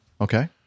Okay